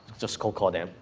just go call them.